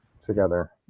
Together